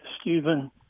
Stephen